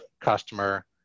customer